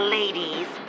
ladies